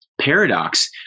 paradox